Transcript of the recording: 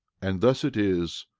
and thus it is.